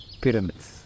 pyramids